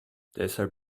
deshalb